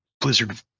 blizzard